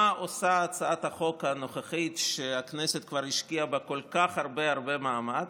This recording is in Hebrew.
מה עושה הצעת החוק הנוכחית שהכנסת כבר השקיעה בה כל כך הרבה מאמץ?